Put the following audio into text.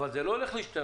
אבל זה לא הולך להשתנות,